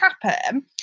happen